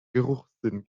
geruchssinn